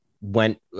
went